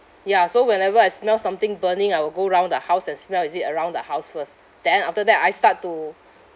ya so whenever I smell something burning I will go round the house and smell is it around the house first then after that I start to